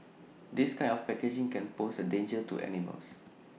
this kind of packaging can pose A danger to animals